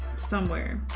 somewhere.